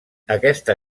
aquesta